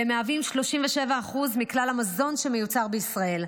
ואלה מהווים 37% מכלל המזון שמיוצר בישראל.